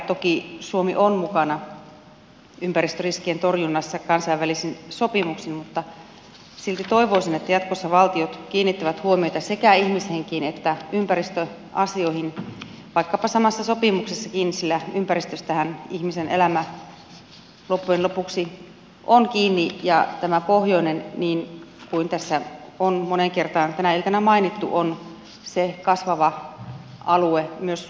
toki suomi on mukana ympäristöriskien torjunnassa kansainvälisin sopimuksin mutta silti toivoisin että jatkossa valtiot kiinnittävät huomiota sekä ihmishenkiin että ympäristöasioihin vaikkapa samassa sopimuksessakin sillä ympäristöstähän ihmisen elämä loppujen lopuksi on kiinni ja tämä pohjoinen niin kuin tässä on moneen kertaan tänä iltana mainittu on se kasvava alue myös teollisuuden osalta